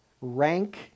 rank